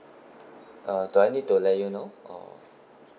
uh do I need to let you know or